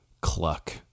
cluck